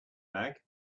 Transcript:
bag